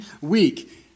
week